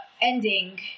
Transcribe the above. ending